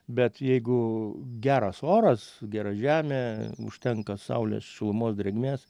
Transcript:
bet jeigu geras oras gera žemė užtenka saulės šilumos drėgmės